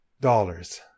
dollars